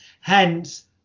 Hence